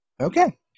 Okay